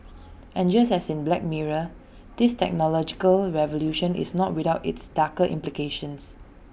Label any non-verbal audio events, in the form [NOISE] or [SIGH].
and just as in black mirror [NOISE] this technological revolution is not without its darker implications